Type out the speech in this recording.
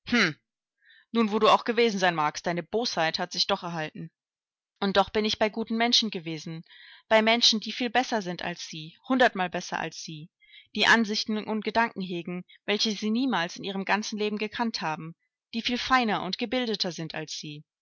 nun wo du auch gewesen sein magst deine bosheit hat sich doch erhalten und doch bin ich bei guten menschen gewesen bei menschen die viel besser sind als sie hundertmal besser als sie die ansichten und gedanken hegen welche sie niemals in ihrem ganzen leben gekannt haben die viel feiner und gebildeter sind als sie